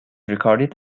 recorded